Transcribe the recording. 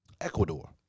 ecuador